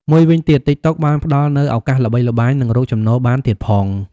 មួយវិញទៀត ទីកតុក បានផ្តល់នូវ ឱកាសល្បីល្បាញ និងរកចំណូលបានទៀតផង។